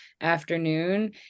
afternoon